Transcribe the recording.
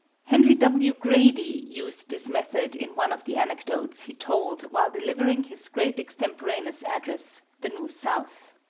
henry w. grady used this method in one of the anecdotes he told while delivering his great extemporaneous address, the new south.